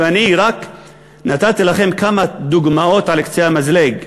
ואני רק נתתי לכם כמה דוגמאות על קצה המזלג,